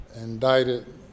indicted